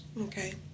Okay